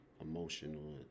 emotional